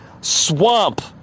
swamp